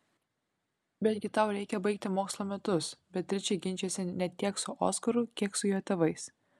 betgi tau reikia baigti mokslo metus beatričė ginčijosi ne tiek su oskaru kiek su jo tėvais